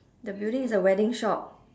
the building is a wedding shop